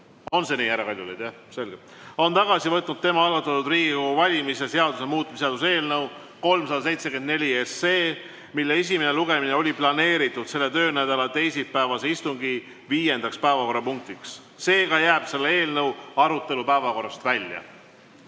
on tagasi võtnud tema algatatud Riigikogu valimise seaduse muutmise seaduse eelnõu 374, mille esimene lugemine oli planeeritud selle töönädala teisipäevase istungi viiendaks päevakorrapunktiks. Seega jääb selle eelnõu arutelu päevakorrast välja,